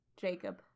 Jacob